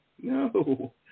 No